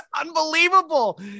unbelievable